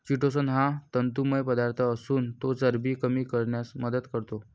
chitosan हा तंतुमय पदार्थ असून तो चरबी कमी करण्यास मदत करतो